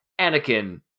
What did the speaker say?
Anakin